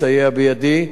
מסייע בידי,